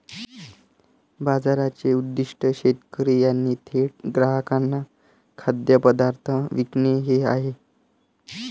बाजाराचे उद्दीष्ट शेतकरी यांनी थेट ग्राहकांना खाद्यपदार्थ विकणे हे आहे